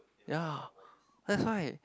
ya that's why